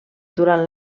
durant